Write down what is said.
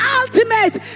ultimate